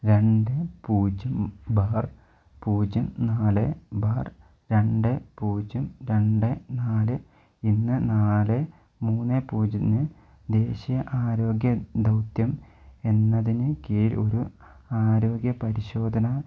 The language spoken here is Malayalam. രണ്ട് പൂജ്യം ബാർ പൂജ്യം നാല് ബാർ രണ്ട് പൂജ്യം രണ്ട് നാല് ഇന്ന് നാല് മൂന്ന് പൂജ്യത്തിന് ദേശീയ ആരോഗ്യ ദൗത്യം എന്നതിന് കീഴിൽ ഒരു ആരോഗ്യ പരിശോധന